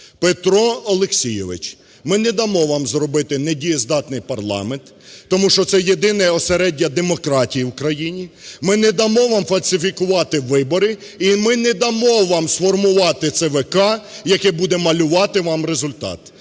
Петро Олексійович, ми не дамо вам зробити недієздатний парламент, тому що це єдине осереддя демократії в Україні. Ми не дамо вам фальсифікувати вибори, і ми не дамо вам сформувати ЦВК, яке буде малювати вам результат.